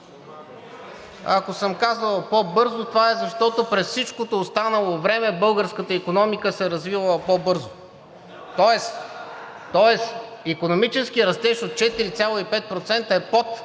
ако съм казал по-бързо, то е, защото през всичкото останало време българската икономика се е развивала по-бързо. (Реплики.) Тоест икономическият растеж от 4,5% е под